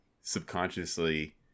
subconsciously